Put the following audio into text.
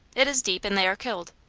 it is deep, and they are killed.